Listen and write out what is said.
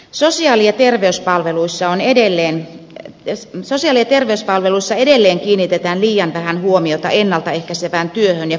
sosiaali ja terveyspalveluissa edelleen kiinnitetään liian vähän huomiota ennalta ehkäisevään työhön ja kuntouttavaan toimintaan